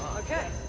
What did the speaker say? ok.